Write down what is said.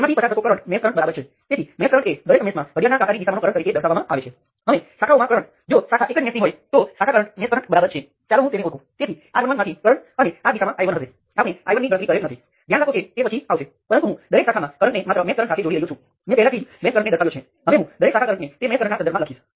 તમારી પાસે ઘણાં બધાં નોડ હોઈ શકે છે અને તમારી પાસે દરેક નોડ અને અન્ય નોડને જોડાતા ઘટકો છે પછી દેખીતી રીતે ત્યાં ઘણા ઓછા નોડલ સમીકરણો છે પછી ત્યાં લૂપ સમીકરણો છે